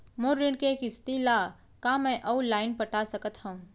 मोर ऋण के किसती ला का मैं अऊ लाइन पटा सकत हव?